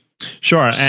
Sure